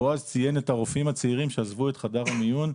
בועז ציין את הרופאים הצעירים שעזבו את חדר המיון,